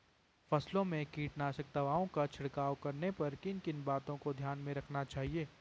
फसलों में कीटनाशक दवाओं का छिड़काव करने पर किन किन बातों को ध्यान में रखना चाहिए?